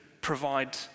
provide